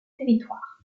territoire